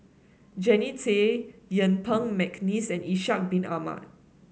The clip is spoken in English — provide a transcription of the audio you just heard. Jannie Tay Yuen Peng McNeice and Ishak Bin Ahmad